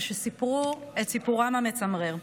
וסיפרו את סיפורם המצמרר.